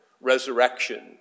resurrection